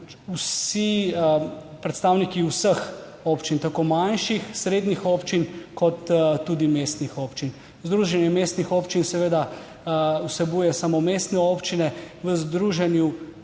so predstavniki vseh občin, tako manjših, srednjih občin kot tudi mestnih občin. Združenje mestnih občin seveda vsebuje samo mestne občine. V Združenju